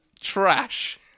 trash